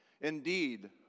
Indeed